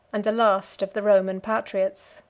and the last of the roman patriots.